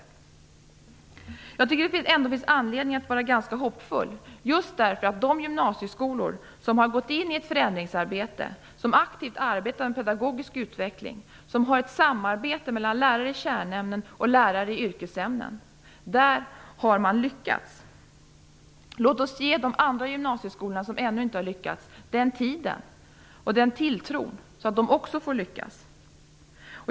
Ändå tycker jag att det finns anledning att vara ganska hoppfull, just därför att de gymnasieskolor som har gått in i ett förändringsarbete, som aktivt arbetar med pedagogisk utveckling och som har ett samarbete mellan lärare i kärnämnen och lärare i yrkesämnen har lyckats. Låt oss ge de gymnasieskolor som ännu inte har lyckats tid och tilltro, så att de också får lyckas!